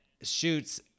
shoots